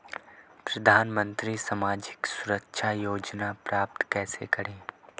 प्रधानमंत्री सामाजिक सुरक्षा योजना प्राप्त कैसे करें?